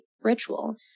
Ritual